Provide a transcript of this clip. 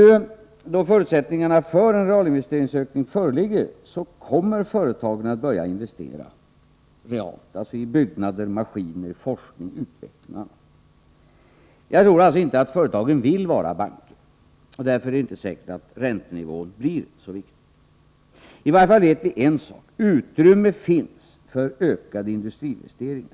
När nu förutsättningarna för en realinvesteringsökning föreligger, kommer företagen att börja investera realt, alltså i byggnader, maskiner, forskning, utveckling och annat. Jag tror alltså inte att företagen vill vara banker, och därför är det inte säkert att räntenivån blir så viktig. I varje fall vet vi en sak: Utrymme finns för ökade industriinvesteringar.